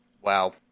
WoW